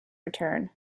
return